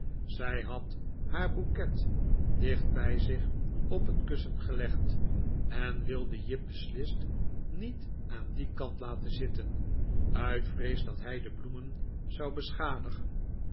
zij had haar bouquet dicht bij zich op het kussen gelegd en wilde jip beslist niet aan dien kant laten zitten uit vrees dat hij de bloemen zou beschadigen